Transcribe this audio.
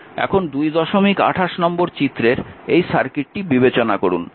এখন 228 নম্বর চিত্রের এই সার্কিটটি বিবেচনা করুন